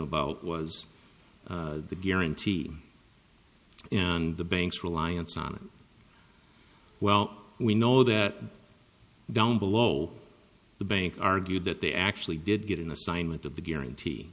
about was the guarantee and the bank's reliance on it well we know that down below the bank argued that they actually did get an assignment of the guarantee